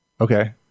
Okay